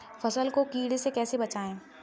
फसल को कीड़े से कैसे बचाएँ?